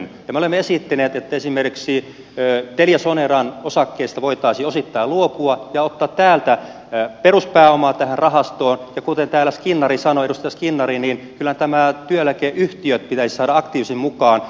me olemme esittäneet että esimerkiksi teliasoneran osakkeista voitaisiin osittain luopua ja ottaa täältä peruspääomaa tähän rahastoon ja kuten täällä edustaja skinnari sanoi niin kyllähän nämä työeläkeyhtiöt pitäisi saada aktiivisemmin mukaan